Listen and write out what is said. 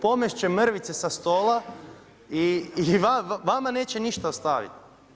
Pomesti će mrvice sa stola i vama neće ništa ostaviti.